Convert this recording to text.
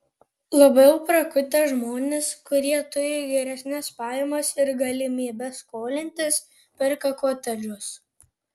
labiau prakutę žmonės kurie turi geresnes pajamas ir galimybes skolintis perka kotedžus